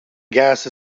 gas